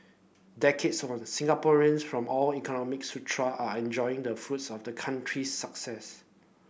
decades on the Singaporeans from all economic are enjoying the fruits of the country's success